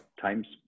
times